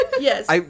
Yes